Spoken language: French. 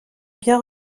bien